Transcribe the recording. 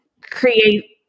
create